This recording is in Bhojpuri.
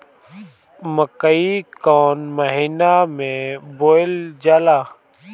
मकई कौन महीना मे बोअल जाला?